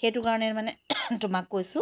সেইটো কাৰণে মানে তোমাক কৈছো